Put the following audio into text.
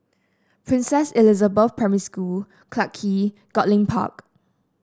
Princess Elizabeth Primary School Clarke Quay Goodlink Park